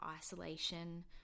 isolation